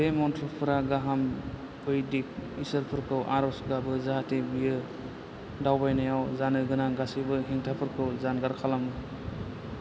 बे मन्थ्र'फोरा गाहाम बैदिक ईसोरफोरखौ आरज गाबो जाहाथे बियो दावबायनायाव जानो गोनां गासैबो हेंथाफोरखौ जानगार खालामो